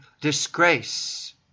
disgrace